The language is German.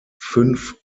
fünf